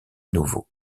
nouveau